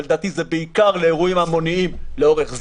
ולדעתי זה בעיקר לאירועים המוניים לאורך זמן,